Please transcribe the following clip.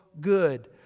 good